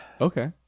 Okay